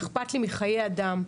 אכפת לי מחיי אדם,